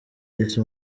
yise